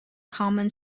common